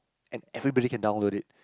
and everybody can download it